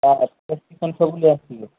ତା ପ୍ରେସକ୍ରିପସନ୍ ସବୁ ନେଇ ଆସିଥିବେ